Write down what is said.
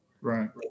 right